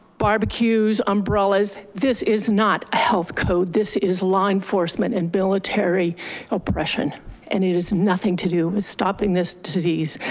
barbecues, umbrellas, this is not a health code. this is law enforcement and military oppression and it has nothing to do with stopping this disease.